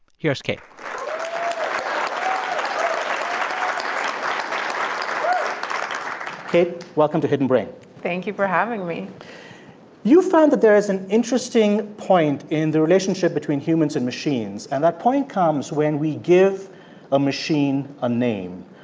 here's kate um kate, welcome to hidden brain thank you for having me you find that there is an interesting point in the relationship between humans and machines. and that point comes when we give a machine a name.